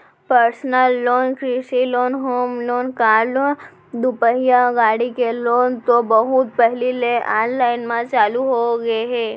personal loan, कृषि loan, home loan, car loan, दुपहिया गाड़ी के लोन तो बहुत पहिली ले आनलाइन म चालू होगे हे